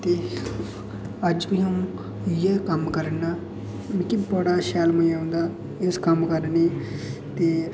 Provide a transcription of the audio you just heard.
ते अज्ज बी अं'ऊ इ'यै कम्म करना ते मिगी बड़ा शैल मज़ा औंदा इस कम्म करने ई ते